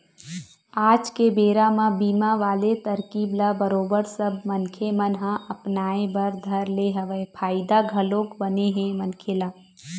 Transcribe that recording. आज के बेरा म बीमा वाले तरकीब ल बरोबर सब मनखे मन ह अपनाय बर धर ले हवय फायदा घलोक बने हे मनखे ल